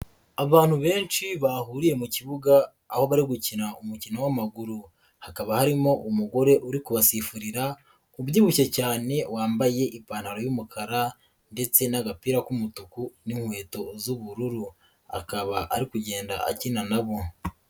Abantu benshi bahuriye mu kibuga, aho bari gukina umukino w'amaguru, hakaba harimo umugore uri kubasifurira, ubyibushye cyane wambaye ipantaro y'umukara ndetse n'agapira k'umutuku n'inkweto z'ubururu, akaba ari kugenda akina na bo.